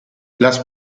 las